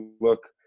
look